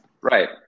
right